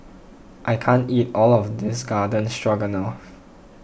I can't eat all of this Garden Stroganoff